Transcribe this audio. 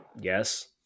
Yes